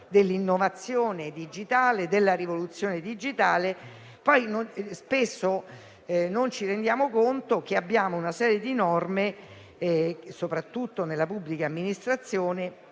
di innovazione e rivoluzione digitali e spesso non ci rendiamo conto di avere una serie di norme, soprattutto nella pubblica amministrazione,